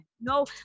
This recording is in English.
No